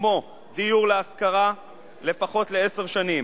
כמו דיור להשכרה לפחות לעשר שנים,